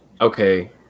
okay